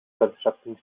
constructing